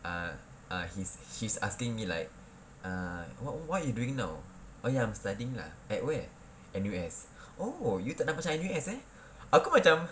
err err he's he's asking me like err what what you doing now oh ya I'm studying lah at where N_U_S oh you tak nampak macam N_U_S eh aku macam